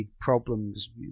problems